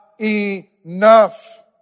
enough